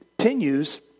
Continues